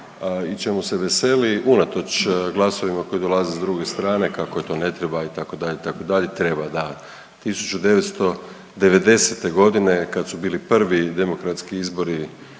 i čemu se veseli unatoč glasovima koji dolaze s druge strane kako to ne treba itd., itd., treba da. 1990.g. kad su bili prvi demokratski izbori